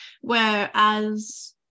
whereas